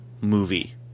movie